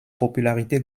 popularité